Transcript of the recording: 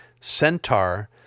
Centaur